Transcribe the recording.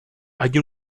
hay